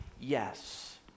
yes